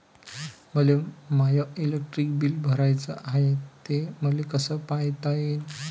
मले माय electric bill भराचं हाय, ते मले कस पायता येईन?